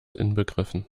inbegriffen